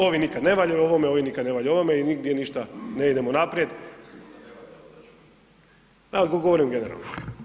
Ovi nikad ne valjaju ovome, ovi nikad ne valjaju ovome i nigdje ništa, ne idemo naprijed… [[Upadica iz klupe se ne čuje]] Govorim generalno.